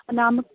നമുക്ക്